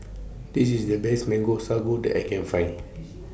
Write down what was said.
This IS The Best Mango Sago that I Can Find